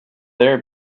there